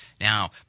Now